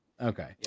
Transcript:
Okay